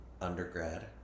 undergrad